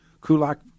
Kulak